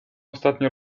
ostatnio